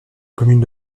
commune